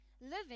living